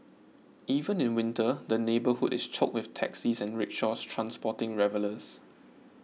even in winter the neighbourhood is choked with taxis and rickshaws transporting revellers